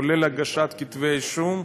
כולל הגשת כתבי אישום,